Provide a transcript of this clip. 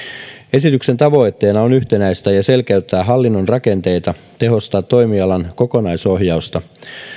esityksen tavoitteena on yhtenäistää ja selkeyttää hallinnon rakenteita tehostaa toimialan kokonaisohjausta